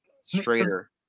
straighter